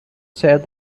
said